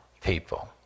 people